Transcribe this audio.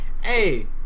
Hey